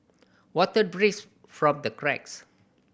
water drips from the cracks